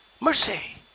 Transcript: Mercy